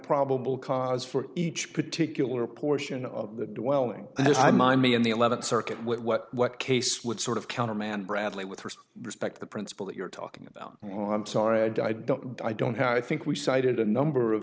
probable cause for each particular portion of the dwelling i mind me in the eleventh circuit what what case would sort of countermand bradley with respect the principle that you're talking about i'm sorry i don't i don't have i think we cited a number of